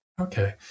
Okay